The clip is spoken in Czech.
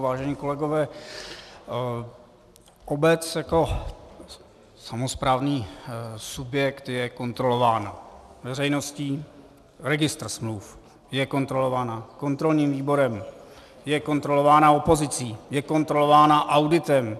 Vážení kolegové, obec jako samosprávný subjekt je kontrolována veřejností, registrem smluv, je kontrolována kontrolním výborem, je kontrolována opozicí, je kontrolována auditem.